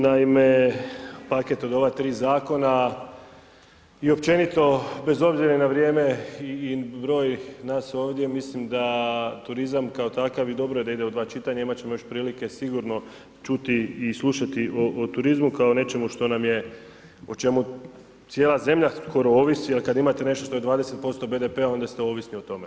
Naime, paket od ova 3 zakona, i općenito bez obzira na vrijeme i broj nas ovdje mislim da turizam kao takav i dobro da ide u 2 čitanja, imati ćemo još prilike sigurno čuti i slušati o turizmu kao nečemu što nam je o, o čemu cijela zemlja skoro ovisi, ali kada imate nešto što je 20% BDP-a onda ste ovisni o tome.